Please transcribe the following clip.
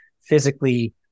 physically